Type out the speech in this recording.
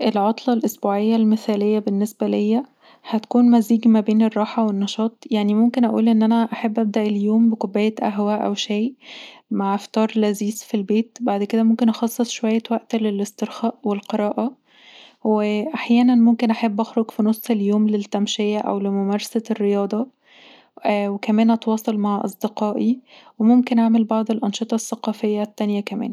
العطلة الأسبوعية المثالية بالنسبة ليا هتكون مزيج بين الراحة والنشاط. يعني ممكن أقول ان اناأحب أبدأ اليوم بكوباية قهوة أو شاي مع فطار لذيذ في البيت. بعد كده، ممكن أخصص شوية وقت للاسترخاء والقراءة، واحيانا ممكن احب أخرج في نص اليوم للتمشية أو لممارسة الرياضه، وكمان أتواصل مع اصدقائي، وممكن أعمل بعض الأنشطه الثقافيه التانيه كمان